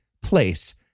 place